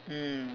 mm